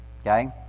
Okay